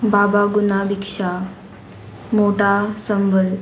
बाबा गुना विकशा मोटा संवल